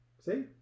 See